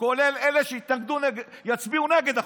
כולל אלה שיצביעו נגד החוק.